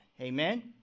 Amen